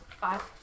five